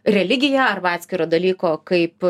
religija arba atskiro dalyko kaip